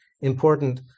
important